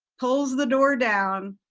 pulls the door down,